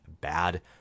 bad